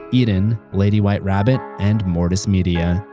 eden, lady white rabbit and mortis media.